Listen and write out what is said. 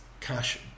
cash